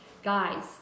Guys